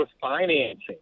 financing